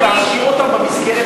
להשאיר אותם במסגרת